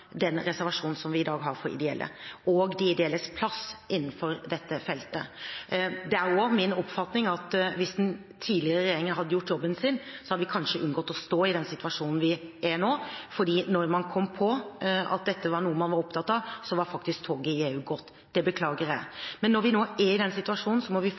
den reservasjonen som vi i dag har for de ideelle og de ideelles plass innenfor dette feltet. Det er også min oppfatning at hvis tidligere regjeringer hadde gjort jobben sin, hadde vi kanskje unngått å stå i den situasjonen vi er i nå, for når man kom på at dette var noe man var opptatt av, var faktisk toget i EU gått. Det beklager jeg. Men når vi nå er i den situasjonen, må vi